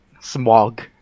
smog